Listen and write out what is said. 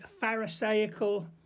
pharisaical